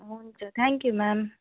हुन्छ thank you ma'am